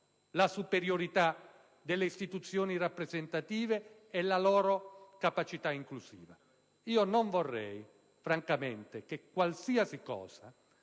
la superiorità delle istituzioni rappresentative e la loro capacità inclusiva. Non vorrei francamente che qualsiasi cosa